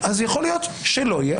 יכול להיות שלא יהיה.